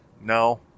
No